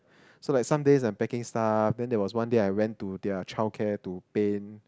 so like someday have packing stuff then there was one day I went to their childcare to paint